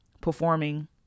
performing